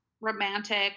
romantic